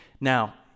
Now